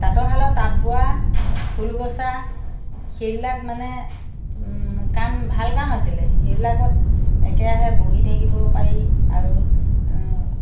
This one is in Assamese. তাঁতৰশালৰ তাঁত বোৱা ফুল বচা সেইবিলাক মানে কাম ভাল কাম আছিলে সেইবিলাকত একেৰাহে বহি থাকিব পাৰি আৰু